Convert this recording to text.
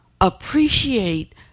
appreciate